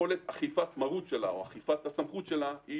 יכולת אכיפת המרות שלה או אכיפת הסמכות שלה,